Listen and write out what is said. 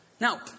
Now